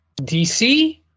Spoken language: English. DC